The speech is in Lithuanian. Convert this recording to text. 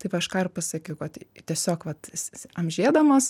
tai va aš ką ir pasakiau kad tiesiog vat amžėdamas